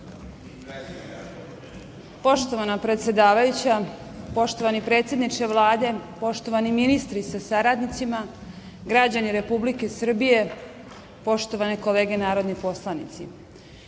Poštovana predsedavajuća, poštovani predsedniče Vlade, poštovani ministri sa saradnicima, građani Republike Srbije, poštovane kolege narodni poslanici. Javila